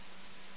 בכל קנה מידה.